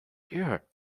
year